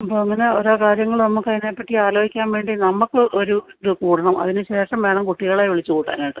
അപ്പം അങ്ങനെ ഓരോ കാര്യങ്ങൾ നമുക്ക് അതിനെ പറ്റി ആലോചിക്കാൻ വേണ്ടി നമുക്ക് ഒരു ഇത് കൂടണം അതിന് ശേഷം വേണം കുട്ടികളെ വിളിച്ച് കൂട്ടാനായിട്ട്